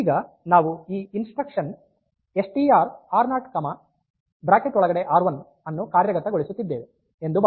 ಈಗ ನಾವು ಈ ಇನ್ಸ್ಟ್ರಕ್ಷನ್ ಎಸ್ ಟಿ ಆರ್ ಆರ್0 ಆರ್1 ಅನ್ನು ಕಾರ್ಯಗತಗೊಳಿಸುತ್ತಿದ್ದೇವೆ ಎಂದು ಭಾವಿಸೋಣ